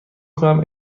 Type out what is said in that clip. کنم